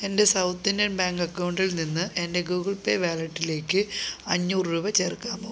എൻ്റെ South Indian Bank അക്കൗണ്ടിൽ നിന്ന് എൻ്റെ ഗൂഗിൾ പേ വാലറ്റിലേക്ക് അഞ്ഞൂറ് രൂപ ചേർക്കാമോ